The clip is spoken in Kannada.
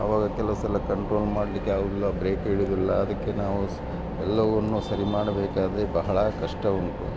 ಆವಾಗ ಕೆಲವು ಸಲ ಕಂಟ್ರೋಲ್ ಮಾಡಲಿಕ್ಕೆ ಆಗುವುದಿಲ್ಲ ಬ್ರೇಕ್ ಹಿಡುದಿಲ್ಲ ಅದಕ್ಕೆ ನಾವು ಸ ಎಲ್ಲವನ್ನು ಸರಿ ಮಾಡಬೇಕಾದರೆ ಬಹಳ ಕಷ್ಟ ಉಂಟು